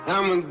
I'ma